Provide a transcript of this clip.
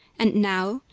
and now,